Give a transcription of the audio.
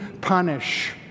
punish